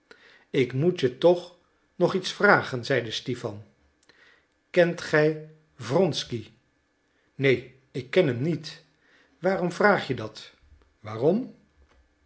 ik moet je toch nog iets vragen zeide stipan kent gij wronsky neen ik ken hem niet waarom vraag je dat waarom